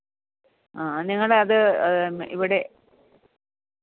ആ നിങ്ങളത് ഇവിടെ